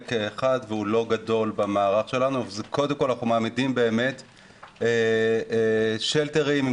אחד והוא לא גדול במערך שלנו ואנחנו מעמידים באמת שלטרים עם